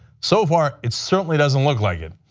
so far, it certainly doesn't look like it.